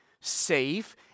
safe